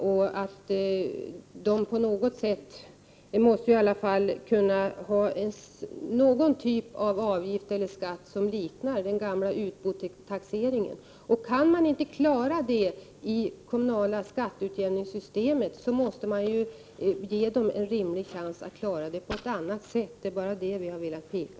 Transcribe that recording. Men man måste i alla fall kunna ha någon typ av avgift som liknar den gamla utbotaxeringen. Kan man inte klara det i det kommunala skatteutjämningssystemet, måste vi ge kommunerna en rimlig chans att försöka klara det på annat sätt. Det är vad vi har velat påpeka.